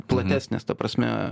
platesnės ta prasme